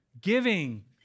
giving